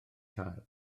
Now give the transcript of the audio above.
cael